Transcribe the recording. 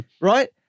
right